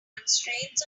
constraints